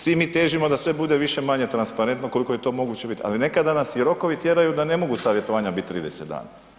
Svi mi težimo da sve bude više-manje transparentno koliko je to moguće biti ali nekada nas i rokovi tjeraju da ne mogu savjetovanja biti 30 dana.